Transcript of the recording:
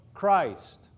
Christ